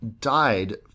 died